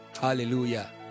Hallelujah